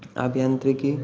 अभियांत्रिकी